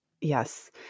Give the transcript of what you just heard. Yes